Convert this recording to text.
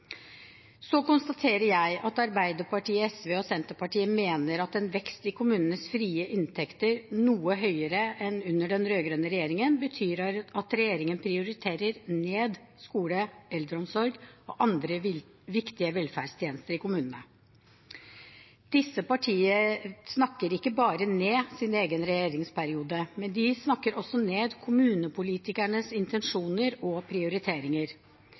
Så konstaterer jeg at Arbeiderpartiet, SV og Senterpartiet mener at en vekst i kommunenes frie inntekter noe høyere enn under den rød-grønne regjeringen betyr at regjeringen prioriterer ned skole, eldreomsorg og andre viktige velferdstjenester i kommunene. Disse partier snakker ikke bare ned sin egen regjeringsperiode, men snakker også ned kommunepolitikernes intensjoner og prioriteringer.